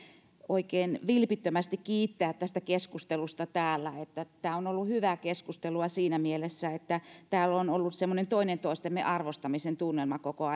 oikein vilpittömästi kiittää tästä keskustelusta täällä tämä on ollut hyvää keskustelua siinä mielessä että täällä on ollut semmoinen toinen toistemme arvostamisen tunnelma koko